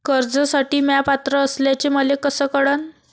कर्जसाठी म्या पात्र असल्याचे मले कस कळन?